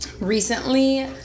Recently